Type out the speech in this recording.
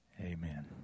amen